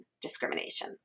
discrimination